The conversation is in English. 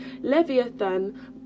leviathan